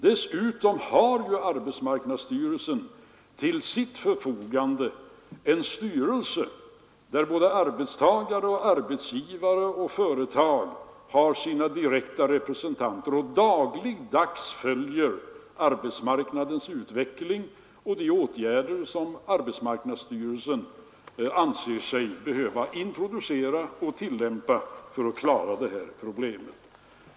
Dessutom har arbetsmarknadsstyrelsen till sitt förfogande en styrelse, där både arbetstagare, arbetsgivare och företag har sina direkta representanter, som dagligdags följer arbetsmarknadens utveckling och vidtar de åtgärder som arbetsmarknadsstyrelsen anser sig behöva introducera och tillämpa för att klara det här problemet.